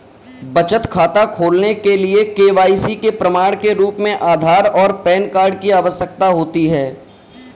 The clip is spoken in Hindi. बचत खाता खोलने के लिए के.वाई.सी के प्रमाण के रूप में आधार और पैन कार्ड की आवश्यकता होती है